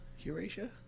Eurasia